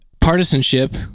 partisanship